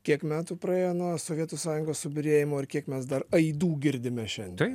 kiek metų praėjo nuo sovietų sąjungos subyrėjimo ir kiek mes dar aidų girdime šiandien